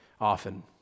often